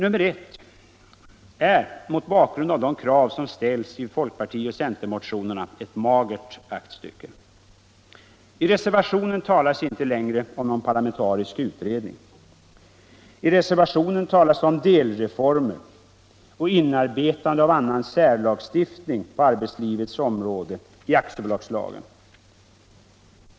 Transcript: Mot bakgrund av de krav som ställs i folkpartioch centerpartimotionerna är reservationen 1 ett magert aktstycke. I reservationen talas det inte längre om någon parlamentarisk utredning. Det talas om ”delreformer” och inarbetandei aktiebolagslagen av annan särlagstiftning på arbetslivets område.